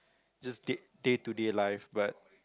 just day to day life but